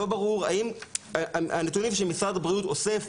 לא ברור אם הנתונים שמשרד הבריאות אוסף,